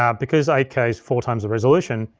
um because eight k's four times the resolution,